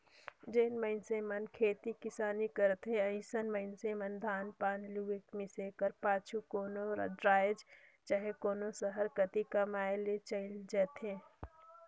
जेन मइनसे मन खेती किसानी करथे अइसन मइनसे मन धान पान लुए, मिसे कर पाछू कोनो राएज चहे कोनो सहर कती कमाए ले चइल देथे